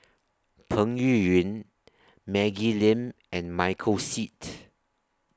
Peng Yuyun Maggie Lim and Michael Seet